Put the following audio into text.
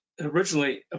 originally